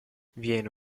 viene